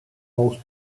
most